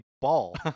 ball